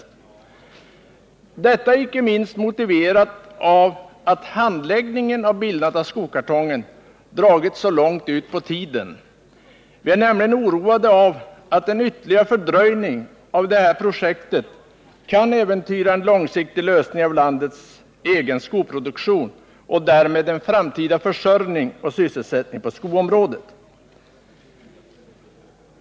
163 Detta är icke minst motiverat av att handläggningen av bildandet av Skokartongen dragit ut så långt på tiden. Vi är nämligen oroade av att en ytterligare fördröjning av detta projekt kan äventyra en långsiktig lösning i fråga om landets egen skoproduktion och därmed en framtida försörjning och sysselsättning på skoområdet.